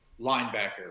linebacker